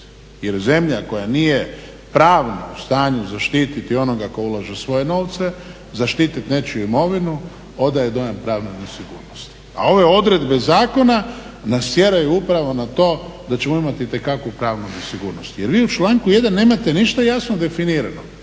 jer zemlja koja nije pravno u stanju zaštititi onoga tko ulaže u svoje novce, zaštitit nečiju imovinu, odaje dojam pravne nesigurnosti. A ove odredbe zakona nas tjeraju upravo na to da ćemo imat itekakvu pravnu nesigurnost jer vi u članku 1. nemate ništa jasno definirano.